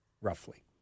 roughly